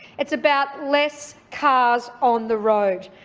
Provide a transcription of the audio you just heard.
it's about less cars on the road.